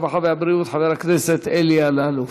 הרווחה והבריאות חבר הכנסת אלי אלאלוף.